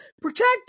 protect